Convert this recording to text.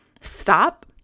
stop